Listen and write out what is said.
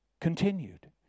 continued